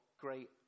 great